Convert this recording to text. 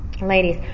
Ladies